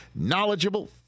knowledgeable